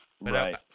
Right